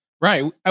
Right